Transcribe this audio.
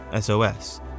SOS